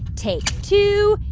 take two.